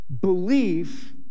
Belief